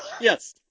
Yes